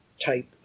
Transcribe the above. type